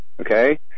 Okay